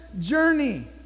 journey